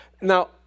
Now